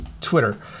Twitter